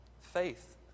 Faith